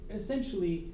essentially